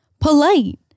polite